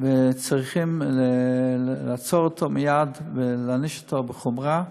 צריכים לעצור אותו מייד ולהעניש אותו בחומרה,